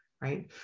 right